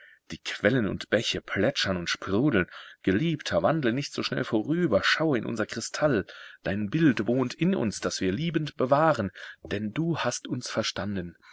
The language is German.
die quellen und bäche plätschern und sprudeln geliebter wandle nicht so schnell vorüber schaue in unser kristall dein bild wohnt in uns das wir liebend bewahren denn du hast uns verstanden